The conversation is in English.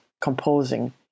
composing